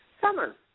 summer